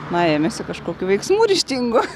na ėmėsi kažkokių veiksmų ryžtingų